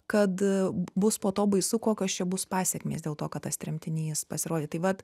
kad bus po to baisu kokios čia bus pasekmės dėl to kad tas tremtinys pasirodė tai vat